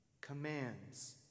commands